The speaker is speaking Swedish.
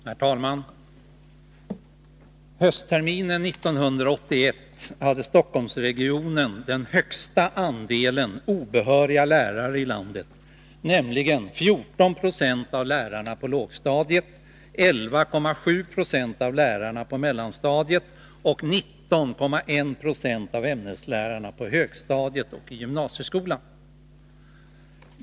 Herr talman! Höstterminen 1981 hade Stockholmsregionen den högsta andelen obehöriga lärare i landet, nämligen 14 96 av lärarna på lågstadiet, 11,76 av lärarna på mellanstadiet och 19,1 26 av ämneslärarna på högstadiet och i gymnasieskolan.